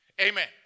Amen